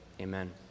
Amen